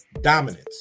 dominance